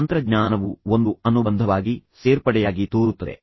ತಂತ್ರಜ್ಞಾನವು ಒಂದು ಅನುಬಂಧವಾಗಿ ಸೇರ್ಪಡೆಯಾಗಿ ತೋರುತ್ತದೆ